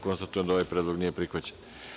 Konstatujem da ovaj predlog nije prihvaćen.